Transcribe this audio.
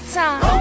time